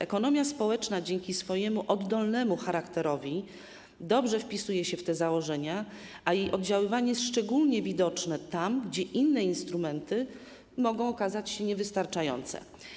Ekonomia społeczna dzięki swojemu oddolnemu charakterowi dobrze wpisuje się w te założenia, a jej oddziaływanie jest szczególnie widoczne tam, gdzie inne instrumenty mogą okazać się niewystarczające.